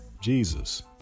Jesus